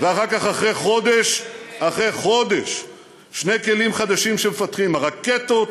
אחרי חודש שני כלים חדשים שמפתחים, הרקטות